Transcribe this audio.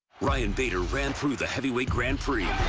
ryan bader ran through the heavyweight grand prix